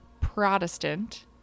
Protestant